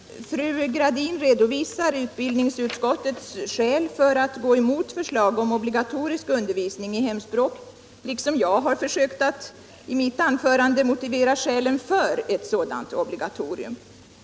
Herr talman! Fru Gradin redovisade utbildningsutskottets skäl för att gå emot förslag om obligatorisk undervisning i hemspråk, liksom jag i mitt anförande har försökt motivera skälen för ett sådant obligatorium.